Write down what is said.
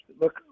look